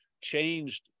changed